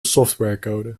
softwarecode